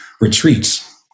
retreats